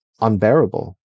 unbearable